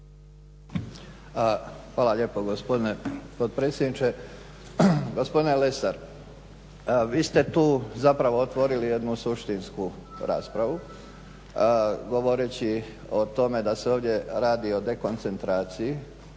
Hvala lijepa gospodine potpredsjedniče. Gospodine Lesar, vi ste tu zapravo otvorili jednu suštinsku raspravu govoreći o tome da se ovdje radi o dekoncentraciji,